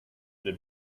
did